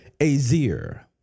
azir